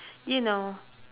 you know